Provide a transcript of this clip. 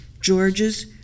Georges